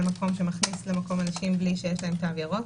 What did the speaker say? מקום שמכניס למקום אנשים בלי שיש להם תו ירוק.